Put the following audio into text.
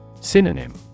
Synonym